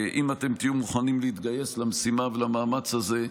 ואם אתם תהיו מוכנים להתגייס למשימה ולמאמץ הזה,